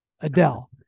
Adele